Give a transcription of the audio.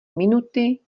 minuty